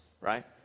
Right